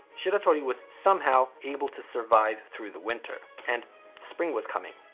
shiratori was somehow able to survive through the winter, and spring was coming.